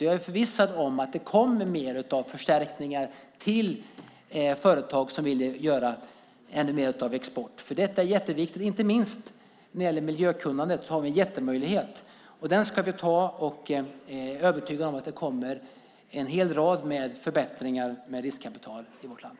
Jag är förvissad om att det kommer mer av förstärkningar till företag som vill exportera ännu mer, för detta är jätteviktigt. Inte minst när det gäller miljökunnandet har vi en jättemöjlighet. Den ska vi ta. Jag är övertygad om att det kommer en hel rad med förbättringar med riskkapital i vårt land.